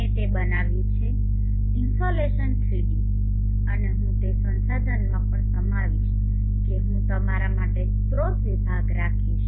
મેં તે બનાવ્યું છે ઇનસોલેશન 3d અને હું તે સંસાધનમાં પણ સમાવીશ કે હું તમારા માટે સ્રોત વિભાગ રાખીશ